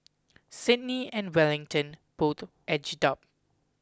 Sydney and Wellington both edged up